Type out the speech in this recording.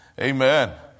Amen